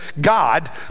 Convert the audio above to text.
God